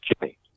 Jimmy